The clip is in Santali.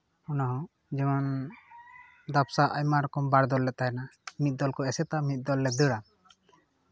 ᱚᱱᱟ ᱦᱚᱸ ᱡᱮᱢᱚᱱ ᱫᱟᱯᱥᱟ ᱟᱭᱢᱟ ᱨᱚᱠᱚᱢ ᱵᱟᱨ ᱫᱚᱞ ᱞᱮ ᱛᱟᱦᱮᱱᱟ ᱢᱤᱫ ᱫᱚᱞ ᱠᱚ ᱮᱥᱮᱫᱟ ᱢᱤᱫ ᱫᱚᱞ ᱞᱮ ᱫᱟᱹᱲᱟ